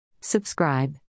Subscribe